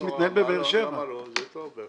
שם הוא ייערך.